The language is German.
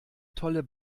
tolle